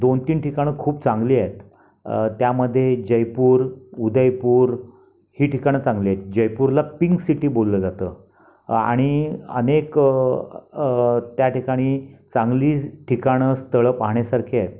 दोन तीन ठिकाणं खूप चांगली आहेत त्यामध्ये जयपूर उदयपूर ही ठिकाणं चांगली आहे जयपूरला पिंक सिटी बोललं जातं आणि अनेक त्या ठिकाणी चांगली ठिकाणं स्थळं पाहण्यासारखी आहेत